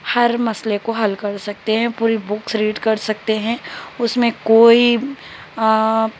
ہر مسئلے کو حل کر سکتے ہیں پوری بکس ریڈ کر سکتے ہیں اس میں کوئی